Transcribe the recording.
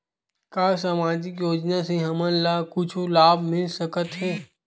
का सामाजिक योजना से हमन ला कुछु लाभ मिल सकत हे?